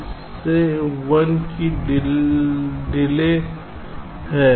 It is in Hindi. इसमें 1 की डिले देरी है